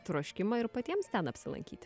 troškimą ir patiems ten apsilankyti